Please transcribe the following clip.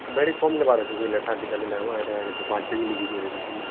ଭେଣ୍ଡି କମ ନେବାର ଅଛି ପାଞ୍ଚ କେଜି ଲେଖିଦେଇଛେ ଦେଖୁନ